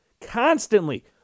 constantly